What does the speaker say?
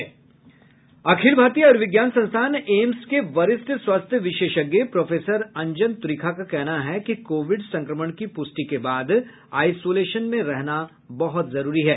अखिल भारतीय आयुर्विज्ञान संस्थान एम्स के वरिष्ठ स्वास्थ्य विशेषज्ञ प्रोफेसर अंजन त्रिखा का कहना है कि कोविड संक्रमण की प्रष्टि के बाद आइसोलेशन में रहना बहुत जरुरी है